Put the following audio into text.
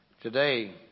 Today